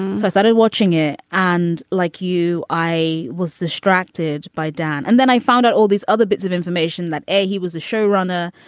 so i started watching it. and like you i was distracted by dan and then i found out all these other bits of information that he was a show runner.